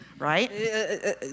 Right